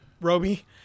Roby